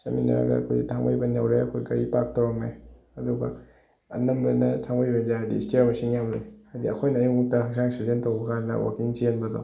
ꯆꯠꯃꯤꯟꯅꯔꯒ ꯑꯩꯈꯣꯏ ꯊꯥꯡꯃꯩꯕꯟ ꯌꯧꯔꯦ ꯑꯩꯈꯣꯏ ꯒꯥꯔꯤ ꯄꯥꯛ ꯇꯧꯔꯝꯃꯦ ꯑꯗꯨꯒ ꯑꯅꯝꯕꯅ ꯊꯥꯡꯃꯩꯕꯟꯁꯦ ꯍꯥꯏꯗꯤ ꯏꯁꯇꯤꯌꯥꯔ ꯃꯁꯤꯡ ꯌꯥꯝꯅ ꯂꯩ ꯍꯥꯏꯗꯤ ꯑꯩꯈꯣꯏꯅ ꯑꯌꯨꯛ ꯑꯌꯨꯛꯇ ꯍꯛꯆꯥꯡ ꯁꯥꯖꯦꯟ ꯇꯧꯕ ꯀꯥꯟꯗ ꯋꯥꯛꯀꯤꯡ ꯆꯦꯟꯕꯗꯣ